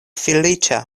feliĉa